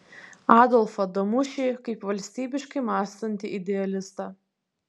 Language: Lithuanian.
adolfą damušį kaip valstybiškai mąstantį idealistą